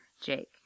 Jake